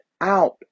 out